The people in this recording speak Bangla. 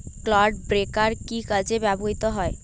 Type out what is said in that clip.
ক্লড ব্রেকার কি কাজে ব্যবহৃত হয়?